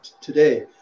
today